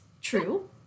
true